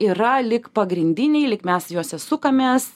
yra lyg pagrindiniai lyg mes juose sukamės